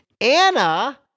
anna